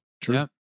True